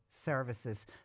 services